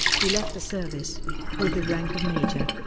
he left the service with the rank of major.